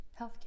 healthcare